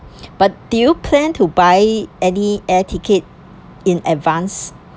but do you plan to buy any air ticket in advance